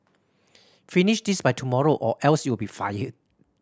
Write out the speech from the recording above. finish this by tomorrow or else you'll be fired